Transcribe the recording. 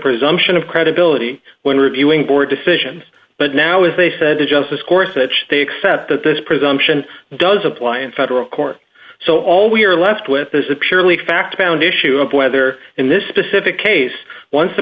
presumption of credibility when reviewing board decisions but now as they said to justice course that they accept that this presumption does apply in federal court so all we are left with is a purely fact found issue of whether in this specific case once the